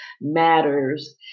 matters